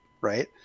right